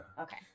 Okay